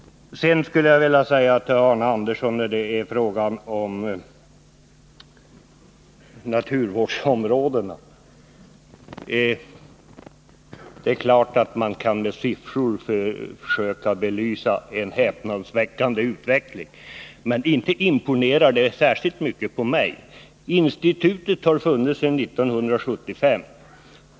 Sedan skulle jag vilja anknyta till det Arne Andersson sade om naturvårdsområdena. Det är klart att man kan försöka att med siffror belysa en häpnadsväckande utveckling, men inte imponerar det särskilt mycket på mig. Institutet har funnits sedan 1975.